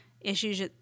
issues